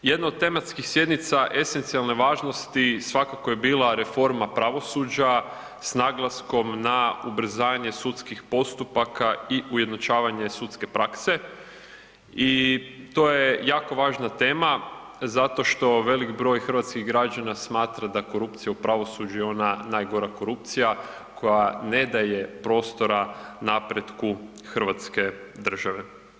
Jedno od tematskih sjednica esencijalne važnosti svakako je bila reforma pravosuđa, s naglaskom na ubrzanje sudskih postupaka i ujednačavanje sudske prakse i to je jako važna tema zato što velik broj hrvatskih građana smatra da korupcija u pravosuđu je ona najgora korupcija koja ne da je prostora napretku hrvatske države.